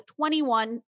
21